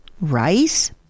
rice